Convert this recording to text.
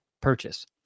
purchase